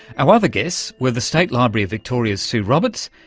our other guests were the state library of victoria's sue roberts,